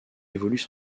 évoluent